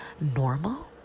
normal